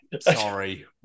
Sorry